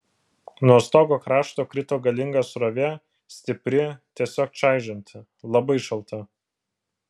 nuo stogo krašto krito galinga srovė stipri tiesiog čaižanti labai šalta